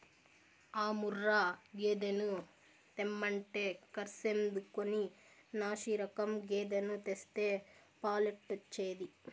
ఆ ముర్రా గేదెను తెమ్మంటే కర్సెందుకని నాశిరకం గేదెను తెస్తే పాలెట్టొచ్చేది